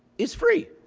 is free.